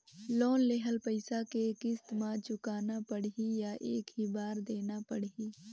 Loan लेहल पइसा के किस्त म चुकाना पढ़ही या एक ही बार देना पढ़ही?